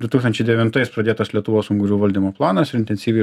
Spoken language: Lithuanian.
du tūkstančiai devintais pradėtas lietuvos ungurių valdymo planas ir intensyviai